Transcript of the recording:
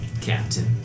Captain